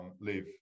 live